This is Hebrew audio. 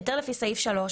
היתר לפי סעיף 3,